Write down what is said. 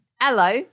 Hello